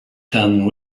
than